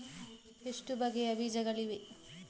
ಎಷ್ಟು ಬಗೆಯ ಬೀಜಗಳಿವೆ?